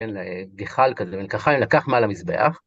כן, גחל כזה, נקח להם לקח מעל המזבח.